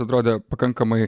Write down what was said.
atrodė pakankamai